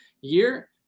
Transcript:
year